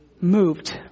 moved